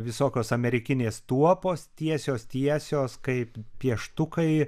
visokios amerikinės tuopos tiesios tiesios kaip pieštukai